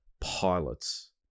pilots